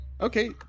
okay